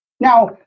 Now